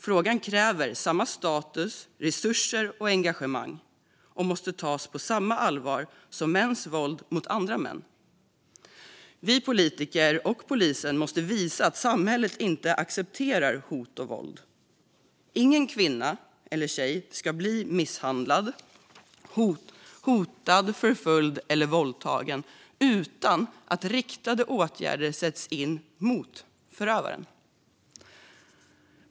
Frågan kräver samma status, resurser och engagemang och måste tas på samma allvar som mäns våld mot andra män. Vi politiker och polisen måste visa att samhället inte accepterar hot och våld. Ingen kvinna eller tjej ska bli misshandlad, hotad, förföljd eller våldtagen utan att riktade åtgärder sätts in mot förövaren.